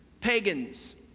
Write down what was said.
pagans